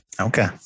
Okay